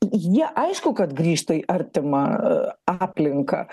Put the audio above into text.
jie aišku kad grįžta į artimą aplinką